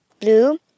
blue